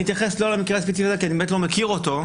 אני אתייחס לא למקרה הספציפי הזה כי אני באמת לא מכיר אותו.